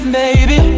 baby